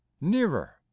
nearer